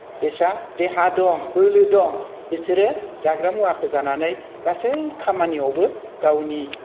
बिसोरहा देहा दं बोलो दं बिसोरो जाग्रा मुवाखौ जानानै गासै खामानियावबो गावनि